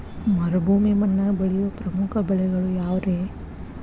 ಮರುಭೂಮಿ ಮಣ್ಣಾಗ ಬೆಳೆಯೋ ಪ್ರಮುಖ ಬೆಳೆಗಳು ಯಾವ್ರೇ?